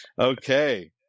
Okay